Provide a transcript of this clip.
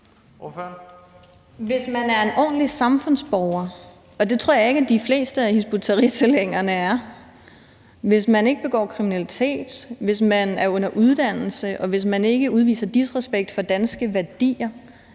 Hvis man er en ordentlig samfundsborger, og det tror jeg ikke at de fleste af Hizb ut-Tahrir-tilhængerne er, hvis man ikke begår kriminalitet, hvis man er under uddannelse, hvis man ikke udviser disrespekt for danske værdier,